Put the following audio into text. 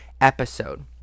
episode